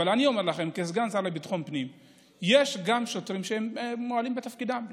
אבל אני אומר לכם כסגן השר לביטחון פנים שיש גם שוטרים שמועלים בתפקידם,